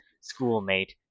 schoolmate